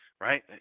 Right